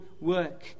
work